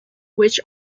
which